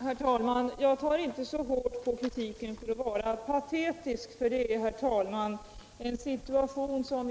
Herr talman! Jag tar inte så hårt på kritiken om att vara patetisk, för den situation som